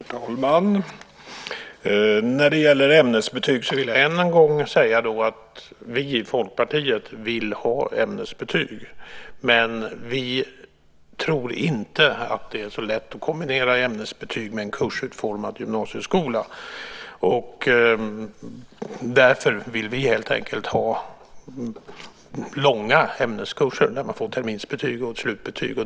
Herr talman! När det gäller ämnesbetyg vill jag än en gång säga att vi i Folkpartiet vill ha ämnesbetyg. Vi tror dock inte att det är så lätt att kombinera ämnesbetyg med en kursutformad gymnasieskola, och därför vill vi helt enkelt ha långa ämneskurser där man får terminsbetyg och slutbetyg.